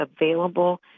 available